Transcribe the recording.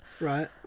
Right